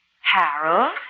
Harold